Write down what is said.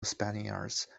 spaniards